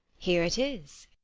here it is.